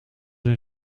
een